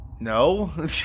No